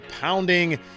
pounding